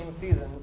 seasons